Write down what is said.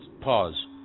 pause